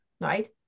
right